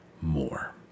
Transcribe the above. more